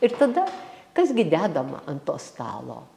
ir tada kas gi dedama ant to stalo